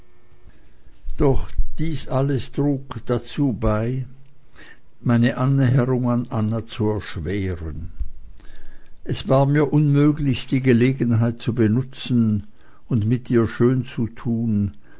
doch dies alles trug dazu bei meine annäherung an anna zu erschweren es war mir unmöglich die gelegenheit zu benutzen und mit ihr schönzutun